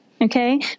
okay